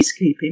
peacekeeping